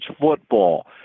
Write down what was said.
football